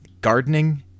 gardening